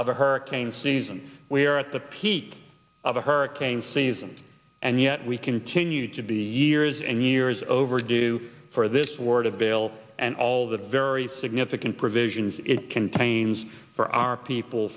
of a hurricane season we are at the peak of the hurricane season and yet we continue to be years and years overdue for this war to vail and all of the very significant provisions it contains for our people